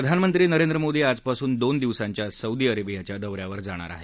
प्रधानमंत्री नरेंद्र मोदी आजपासून दोन दिवसांच्या सौदी अरेबियाच्या दौ यावर जाणार आहेत